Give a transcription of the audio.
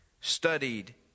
studied